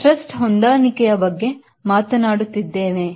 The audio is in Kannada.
ನಾವು thrust ಹೊಂದಾಣಿಕೆಯ ಬಗ್ಗೆ ಮಾತನಾಡುತ್ತಿದ್ದೇನೆ